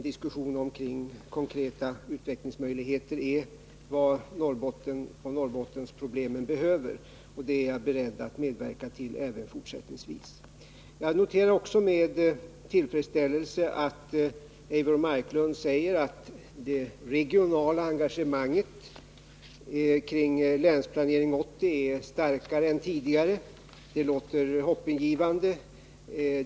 Diskussioner kring konkreta utvecklingsmöjligheter är vad Norrbotten och Norrbottensproblemen behöver, och sådana är jag beredd att medverka till även fortsättningsvis. Jag noterar också med tillfredsställelse att Eivor Marklund säger att det regionala engagemanget kring Länsplanering 80 är starkare än tidigare. Det låter hoppingivande.